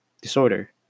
disorder